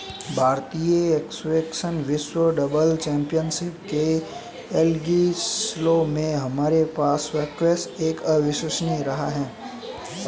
भारतीय स्क्वैश विश्व doubles championship के लिएग्लासगो में हमारे पास स्क्वैश एक अविश्वसनीय रहा है